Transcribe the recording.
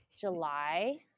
July